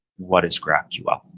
what is graphql?